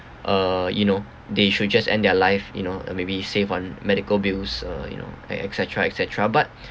uh you know they should just end their life you know and maybe save on medical bills uh you know and et cetera et cetera but